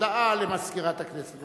הודעה למזכירת הכנסת,